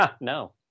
No